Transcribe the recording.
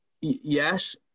Yes